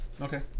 Okay